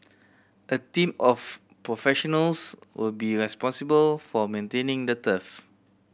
a team of professionals will be responsible for maintaining the turf